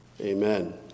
amen